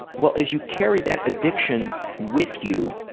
well as you carry that addiction with you,